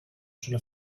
sulla